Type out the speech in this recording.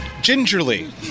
Gingerly